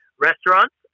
restaurants